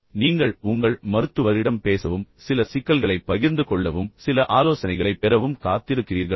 நீங்கள் உங்கள் மருத்துவரிடம் பேசவும் சில சிக்கல்களைப் பகிர்ந்து கொள்ளவும் சில ஆலோசனைகளைப் பெறவும் காத்திருக்கிறீர்களா